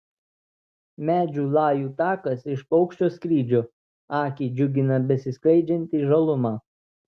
medžių lajų takas iš paukščio skrydžio akį džiugina besiskleidžianti žaluma